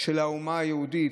של האומה היהודית,